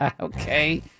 Okay